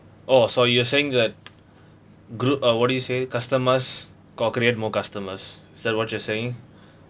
oh so you're saying that group uh what do you say customers co-create more customers is that what you're saying